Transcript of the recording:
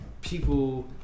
people